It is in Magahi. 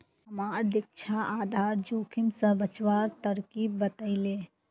हमाक दीक्षा आधार जोखिम स बचवार तरकीब बतइ ले